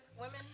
women